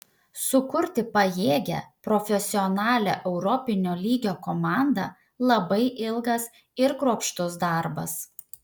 sukurti pajėgią profesionalią europinio lygio komandą labai ilgas ir kruopštus darbas